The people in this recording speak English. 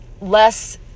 less